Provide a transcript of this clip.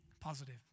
positive